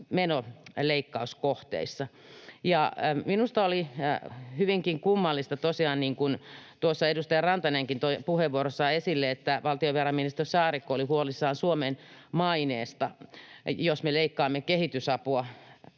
menoleikkauskohteissa. Minusta oli tosiaan hyvinkin kummallista se, minkä edustaja Rantanenkin toi puheenvuorossaan esille: että valtiovarainministeri Saarikko oli huolissaan Suomen maineesta, jos me leikkaamme kehitysapua.